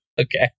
Okay